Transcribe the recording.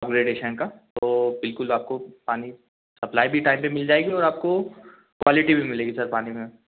upgradation का तो बिलकुल आपको पानी सप्लाइ भी टाइम पर मिल जाएगी और आपको क्वालिटी भी मिलेगी सर पानी में